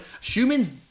Schumann's